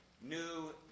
new